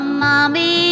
mommy